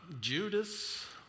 Judas